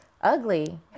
ugly